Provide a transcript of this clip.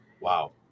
Wow